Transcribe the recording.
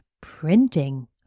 printing